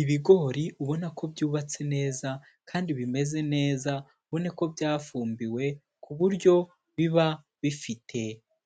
Ibigori ubona ko byubatse neza kandi bimeze neza, ubone ko byafumbiwe ku buryo biba bifite